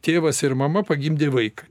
tėvas ir mama pagimdė vaiką